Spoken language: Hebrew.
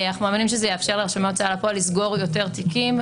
אנחנו מאמינים שזה יאפשר לרשמי ההוצאה לפועל לסגור יותר תיקים,